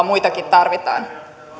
muitakin tarvitaan